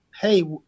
hey